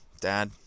Dad